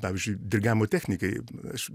pavyzdžiui dirigavimo technikai aš